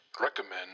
Recommend